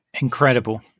Incredible